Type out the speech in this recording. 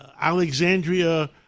Alexandria